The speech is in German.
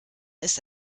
ist